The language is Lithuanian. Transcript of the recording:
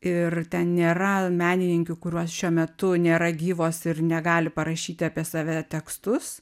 ir ten nėra menininkių kuriuos šiuo metu nėra gyvos ir negali parašyti apie save tekstus